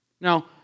Now